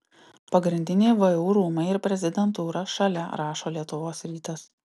pagrindiniai vu rūmai ir prezidentūra šalia rašo lietuvos rytas